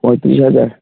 পঁয়ত্রিশ হাজার